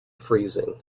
freezing